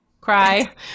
cry